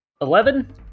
Eleven